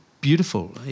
beautiful